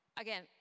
Again